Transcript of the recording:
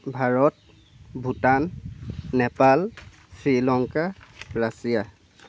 Bharat Bhutan Nepal Sri Lanka Russia